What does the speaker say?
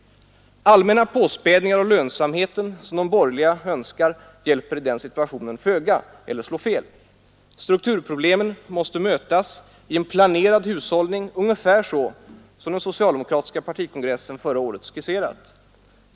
Allmänna påspädningar av lönsamheten, som de borgerliga önskar, hjälper i den situationen föga eller slår fel. Strukturproblemen måste mötas i en planerad hushållning ungefär så som den socialdemokratiska partikongressen förra året skisserat.